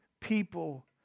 people